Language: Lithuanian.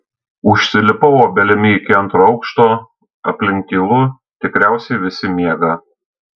užsilipau obelimi iki antro aukšto aplink tylu tikriausiai visi miega